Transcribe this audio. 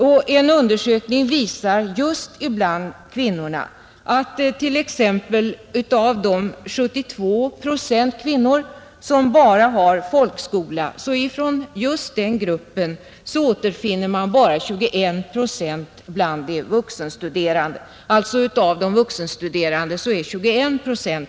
Och en undersökning bland kvinnorna visar exempelvis att den grupp på 72 procent av kvinnorna som bara har folkskola svarar för endast 21 procent av de vuxenstuderande.